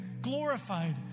glorified